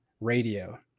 radio